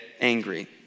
angry